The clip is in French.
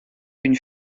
une